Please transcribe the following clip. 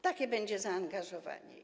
Takie będzie zaangażowanie.